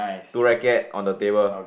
two racket on the table